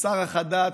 ושרה חדד,